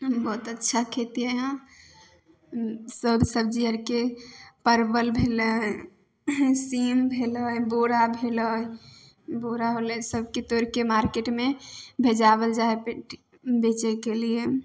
बहुत अच्छा खेती हइ यहाँ सब सब्जी आरके परवल भेलै सीम भेलै बोरा भेलै बोरा होलै सबके तोड़िके मार्केटमे भेजावल जाइ हइ बेचैके लिए